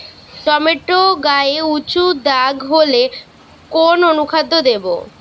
Tomato গায়ে উচু দাগ হলে কোন অনুখাদ্য দেবো?